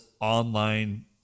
online